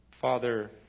father